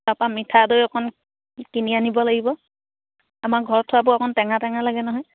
তাৰপৰা মিঠা দৈ অকণ কিনি আনিব লাগিব আমাৰ ঘৰত থোৱাবোৰ অকণ টেঙা টেঙা লাগে নহয়